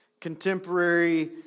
Contemporary